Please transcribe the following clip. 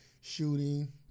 shooting